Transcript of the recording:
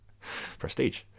Prestige